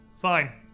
Fine